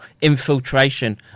infiltration